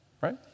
right